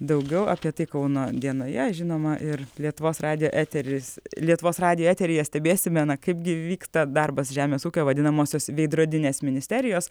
daugiau apie tai kauno dienoje žinoma ir lietuvos radijo eteris lietuvos radijo eteryje stebėsime na kaip gi vyksta darbas žemės ūkio vadinamosios veidrodinės ministerijos